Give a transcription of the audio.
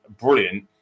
brilliant